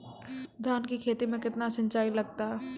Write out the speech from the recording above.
धान की खेती मे कितने सिंचाई लगता है?